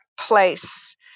place